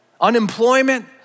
unemployment